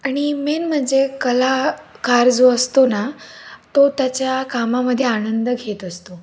आणि मेन म्हणजे कला कार जो असतो ना तो त्याच्या कामामध्ये आनंद घेत असतो